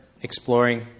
exploring